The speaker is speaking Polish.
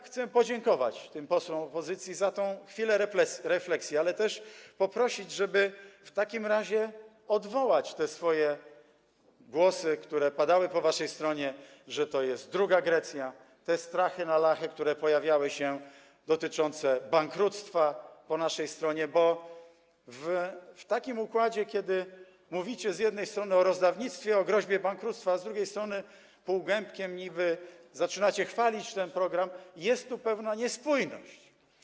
Chcę podziękować tym posłom opozycji za tę chwilę refleksji, ale też poprosić, żeby w takim razie odwołać te głosy, które padały po waszej stronie, że to jest druga Grecja, te strachy na Lachy, które się pojawiały, dotyczące bankructwa po naszej stronie, bo w takim układzie, kiedy z jednej strony mówicie o rozdawnictwie, o groźbie bankructwa, a z drugiej strony półgębkiem niby zaczynacie chwalić ten program, jest tu pewna niespójność.